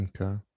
Okay